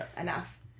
enough